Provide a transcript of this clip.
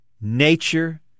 nature